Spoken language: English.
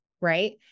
right